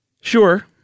Sure